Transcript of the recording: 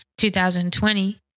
2020